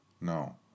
No